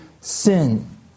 sin